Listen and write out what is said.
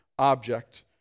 object